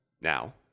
now